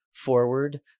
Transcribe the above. forward